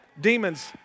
Demons